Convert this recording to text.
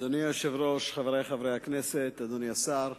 אדוני היושב-ראש, חברי חברי הכנסת, אדוני השר,